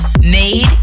Made